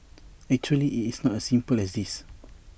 actually IT is not as simple as this